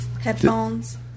headphones